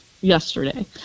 yesterday